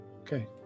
Okay